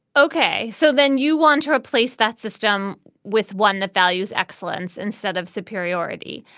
ok so then you want to replace that system with one that values excellence instead of superiority.